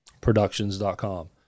Productions.com